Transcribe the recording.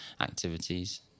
activities